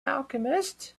alchemist